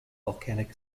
volcanic